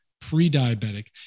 pre-diabetic